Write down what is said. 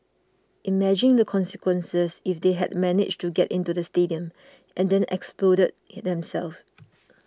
imagine the consequences if they had managed to get into the stadium and then exploded themselves